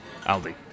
Aldi